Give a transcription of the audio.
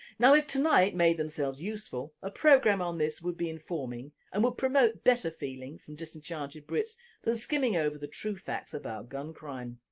now if tonight made themselves useful, a program on this would be informing and would promote better feeling from disenchanted brits than skimming over the true facts about gun crime.